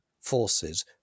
forces